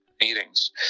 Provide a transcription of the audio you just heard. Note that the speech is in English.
meetings